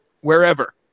wherever